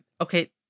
Okay